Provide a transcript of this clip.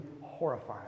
horrifying